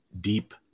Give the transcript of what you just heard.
deep